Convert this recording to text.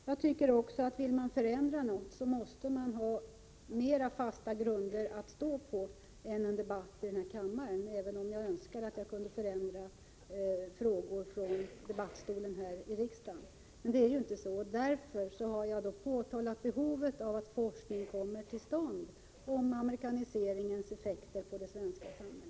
Jag tycker också att vill man förändra något måste man ha mera fast grund att stå på, även om jag önskar att jag kunde förändra saker från debattstolen här i riksdagen. Men så är det inte. Därför har jag framhållit behovet av att forskning kommer till stånd om amerikaniseringens effekter på det svenska samhället.